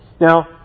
Now